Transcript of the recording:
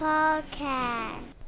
Podcast